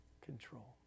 control